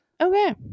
Okay